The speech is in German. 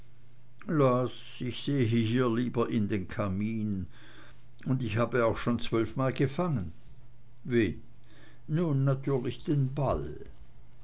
ich sehe hier lieber in den kamin und ich habe auch schon zwölfmal gefangen wen nun natürlich den ball